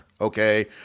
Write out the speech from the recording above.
okay